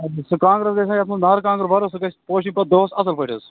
سُہ کانٛگر حظ گَژھِ یتھ مَنٛز نارٕ کانٛگر برو سُہ گَژھِ پوشن پتہٕ دۄہَس اصل پٲٹھۍ حظ